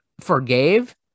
forgave